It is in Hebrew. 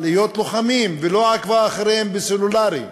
להיות לוחמים ולא עקבה אחריהם בסלולרי.